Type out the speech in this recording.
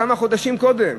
כמה חודשים קודם.